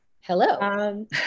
Hello